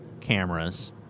cameras